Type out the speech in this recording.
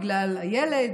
בגלל הילד,